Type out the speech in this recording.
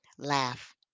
Laugh